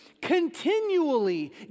continually